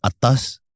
atas